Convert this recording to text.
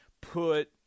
put